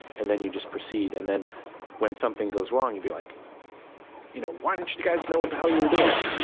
and then you just proceed. and then when something goes wrong, you'd be like you know, why didn't you guys know what the hell you were doing?